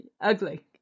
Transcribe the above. ugly